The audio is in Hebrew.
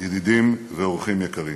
ידידים ואורחים יקרים.